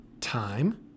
time